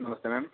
नमस्ते मेम